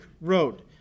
road